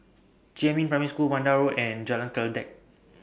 Jiemin Primary School Vanda Road and Jalan Kledek